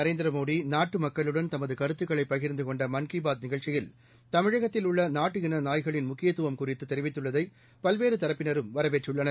நரேந்திரமோடி நாட்டு மக்களுடன் தமது கருத்துக்களை பகிர்ந்து கொண்ட மன் கி பாத் நிகழ்ச்சியில் தமிழகத்தில் உள்ள நாட்டு இன நாய்களின் முக்கியத்துவம் குறித்து தெரிவித்துள்ளதை பல்வேறு தரப்பினரும் வரவேற்றுள்ளனர்